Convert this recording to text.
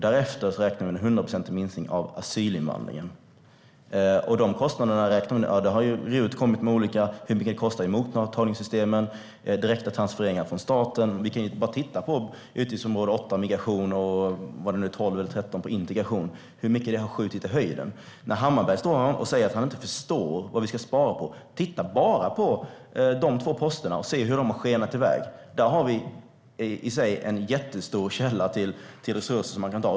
Därefter räknar vi med en hundraprocentig minskning av asylinvandringen. RUT har kommit med olika uträkningar av hur mycket det kostar med mottagningssystem och direkta transfereringar från staten. Vi kan bara titta på hur mycket utgiftsområdena 8 Migration och 13 Integration har skjutit i höjden. Hammarbergh säger att han inte förstår vad vi ska spara på. Titta bara på de två posterna och se hur de har skenat iväg! Där har vi en jättestor källa till resurser som man kan ta.